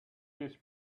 these